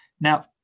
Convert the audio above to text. now